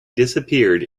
disappeared